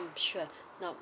mm sure now